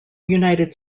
united